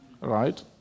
Right